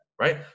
right